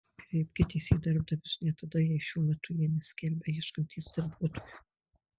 kreipkitės į darbdavius net tada jei šiuo metu jie neskelbia ieškantys darbuotojų